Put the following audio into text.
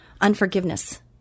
unforgiveness